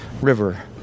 river